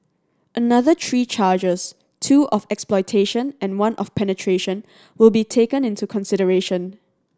another three charges two of exploitation and one of penetration were be taken into consideration